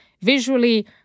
visually